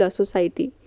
society